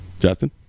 Justin